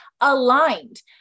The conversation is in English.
aligned